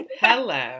Hello